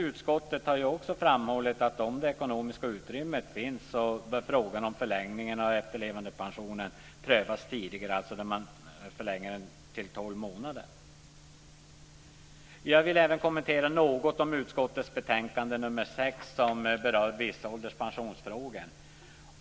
Utskottet har också framhållit att om det ekonomiska utrymmet finns bör frågan om en förlängning av efterlevandepensionen till tolv månader prövas tidigare. Jag vill även säga något om utskottets betänkande nr 6 som berör vissa ålderspensionsfrågor.